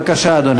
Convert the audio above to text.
בבקשה, אדוני.